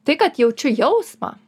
tai kad jaučiu jausmą